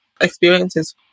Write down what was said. experiences